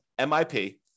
MIP